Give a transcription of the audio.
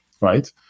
right